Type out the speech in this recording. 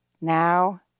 Now